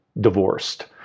divorced